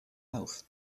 health